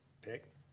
pick